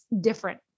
different